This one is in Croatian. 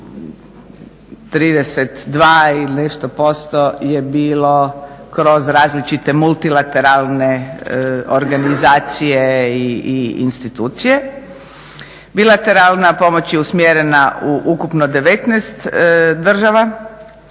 je bilo kroz različite multilateralne organizacije i institucije. Bilateralna pomoć je usmjerena u ukupno 19 država.